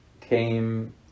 came